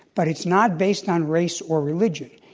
but it's not based on race or religion.